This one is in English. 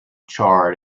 charred